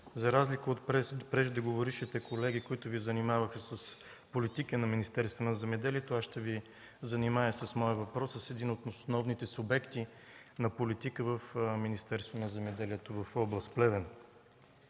За разлика от преждеговорившите колеги, които Ви занимаваха с политики на Министерството на земеделието, в моя въпрос ще Ви занимая с един от основните субекти на политика в Министерството на земеделието в област Плевен.